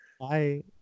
Bye